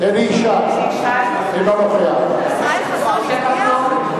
אינו נוכח משה כחלון,